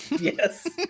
Yes